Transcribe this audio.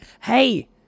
Hey